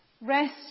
Rest